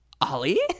Ollie